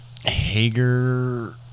Hager